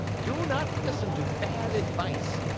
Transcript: do not listen to bad advice.